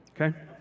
okay